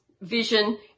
vision